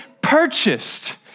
purchased